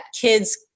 kids